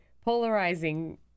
polarizing